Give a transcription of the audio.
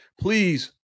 please